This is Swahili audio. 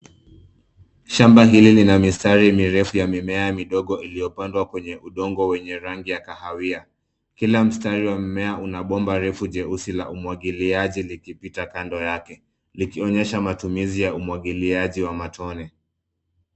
Shamba hili lina mistari mirefu ya mimea midogo, iliyopandwa kwenye udongo wenye rangi ya kahawia. Kila mstari wa mmea una bomba refu jeusi la umwagiliaji, likipita kando yake, likionyesha matumizi ya umwagiliaji wa matone.